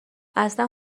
اصلا